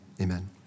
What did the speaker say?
amen